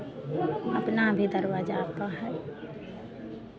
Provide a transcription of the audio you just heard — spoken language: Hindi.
अपना भी दरवाजा पर है